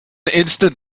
instant